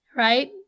right